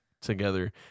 together